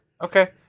Okay